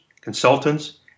consultants